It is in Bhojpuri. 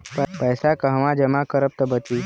पैसा कहवा जमा करब त बची?